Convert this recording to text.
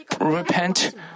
repent